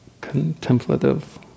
contemplative